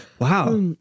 Wow